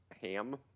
ham